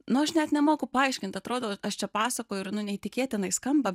nu aš net nemoku paaiškint atrodo aš čia pasakoju ir nu neįtikėtinai skamba